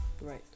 Right